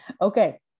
okay